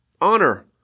honor